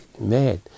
mad